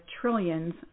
trillions